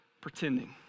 pretending